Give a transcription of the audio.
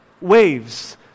waves